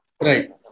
Right